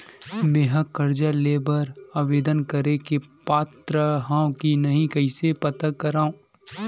मेंहा कर्जा ले बर आवेदन करे के पात्र हव की नहीं कइसे पता करव?